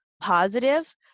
positive